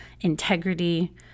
integrity